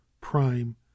prime